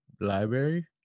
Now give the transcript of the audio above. library